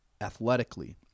athletically